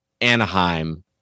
Anaheim